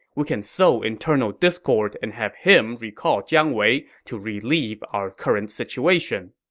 we can sow internal discord and have him recall jiang wei to relieve our current situation.